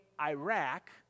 Iraq